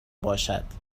باشد